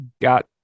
got